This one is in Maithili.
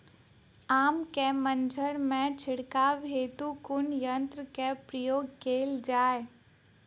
आम केँ मंजर मे छिड़काव हेतु कुन यंत्रक प्रयोग कैल जाय?